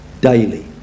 daily